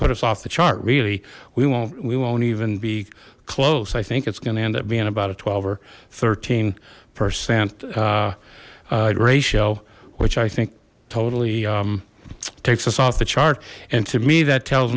put us off the chart really we won't we won't even be close i think it's going to end up being about a twelve or thirteen percent ratio which i think totally takes us off the chart and to me that tells